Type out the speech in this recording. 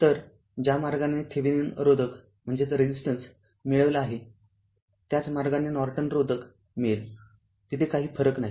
तर ज्या मार्गाने थेविनिन रोधक मिळविला आहे त्याच मार्गाने नॉर्टन रोधक मिळेल तिथे काही फरक नाही